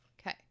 Okay